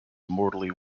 mortally